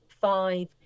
five